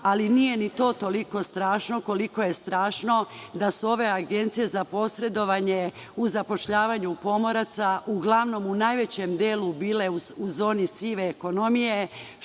ali nije ni to toliko strašno, koliko je strašno da su ove agencije za posredovanje u zapošljavanju pomoraca, uglavnom u najvećem delu bile u zoni sive ekonomije,